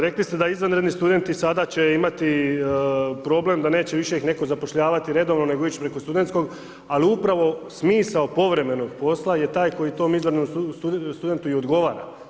Rekli ste da izvanredni studenti i sada će imati problem, da neće ih više nitko zapošljavati, nedavno nego ići preko studentskog, ali upravo smisao povremenog posla, je taj koji tom mizernog studentu i odgovara.